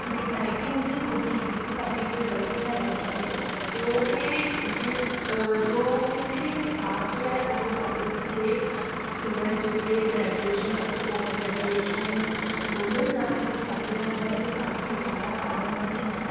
ਦੀ typing ਵੀ ਖੁਦ ਕੀਤੀ ਸੀ ਤਾਂ ਕਿ ਕੋਈ ਗਲਤੀ ਨਾ ਰਹਿ ਜਾਵੇ ਜੋ ਕਿ ਜਿ ਜੋ ਕਿਉਂਕਿ ਇਹ ਕਿਤਾਬ ਜੋ ਹੈ ਉਹ ਜੌਗਰਫੀ ਦੇ ਸਟੂਡੈਂਟਸ ਜੋ ਕਿ ਗਰੈਜੂਏਸ਼ਨ ਅਤੇ ਪੋਸਟ ਗਰੈਜੂਏਸ਼ਨ ਦੋਨੋ ਹੀ ਕਲਾਸਿਸ ਵਿੱਚ ਪੜ੍ਹਦੇ ਹਨ ਉਹਨਾਂ ਲਈ ਕਾਫੀ ਜ਼ਿਆਦਾ ਫਾਏਦੇਮੰਦ ਹੈ